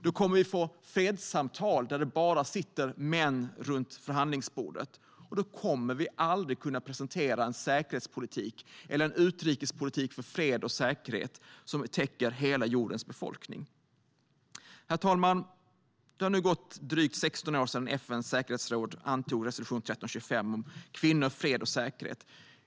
Då kommer vi att få fredssamtal där det bara sitter män runt förhandlingsbordet. Då kommer vi aldrig att kunna presentera en säkerhetspolitik eller en utrikespolitik för fred och säkerhet som täcker hela jordens befolkning. Herr talman! Det har nu gått drygt 16 år sedan FN:s säkerhetsråd antog resolution 1325 om kvinnor, fred och säkerhet.